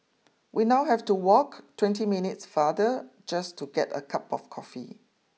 we now have to walk twenty minutes farther just to get a cup of coffee